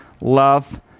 love